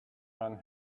man